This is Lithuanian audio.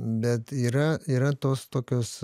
bet yra yra tos tokios